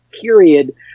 period